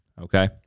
okay